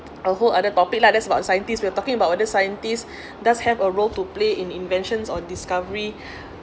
a whole other topic lah that's about scientist we're talking about whether scientist does have a role to play in inventions or discovery